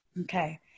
Okay